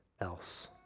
else